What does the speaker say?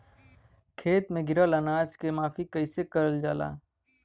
खेत में गिरल अनाज के माफ़ी कईसे करल जाला?